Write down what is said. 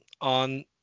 on